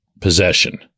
possession